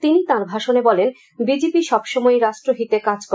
তিনি তাঁর ভাষণে বলেন বিজেপি সবসময়ই রাষ্ট্রহিতে কাজ করে